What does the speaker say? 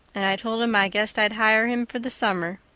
and i told him i guessed i'd hire him for the summer.